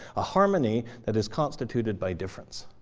a harmony that is constituted by difference,